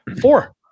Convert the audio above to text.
Four